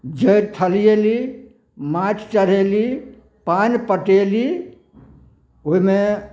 जड़ि थलियेली माटि चढ़ेली पानि पटेली ओहिमे